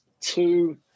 two